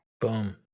Boom